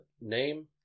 name